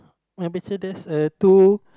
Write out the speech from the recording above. maybe there's uh two